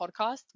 podcast